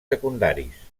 secundaris